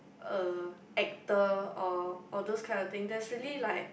a actor or all those kind of thing there's really like